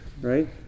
right